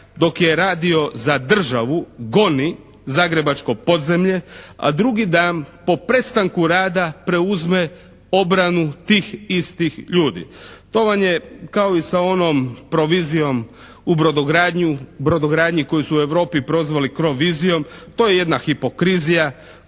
dok je radio za državu goni zagrebačko podzemlje, a drugi dan po prestanku rada preuzme obranu tih istih ljudi. To vam je kao i sa onom provizijom u brodogradnji koju su u Europi prozvali krovizijom. To je jedna hipokrizija